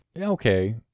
Okay